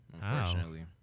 unfortunately